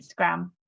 instagram